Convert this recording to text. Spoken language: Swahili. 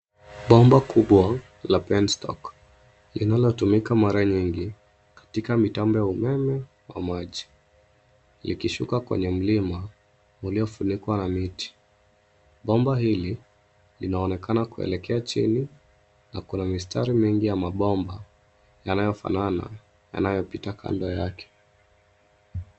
Bomba kubwa la penstock linalotumikwa mara nyingi katika mitambo ya umeme na maji, likishuka kwenye mlima uliofunikwa na miti. Bomba hili linaonekana kuelekea chini na kuna mistari mingi ya mabomba yanayofanana yanayopita kando yake.